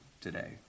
today